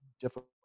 difficult